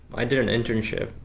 i did an internship,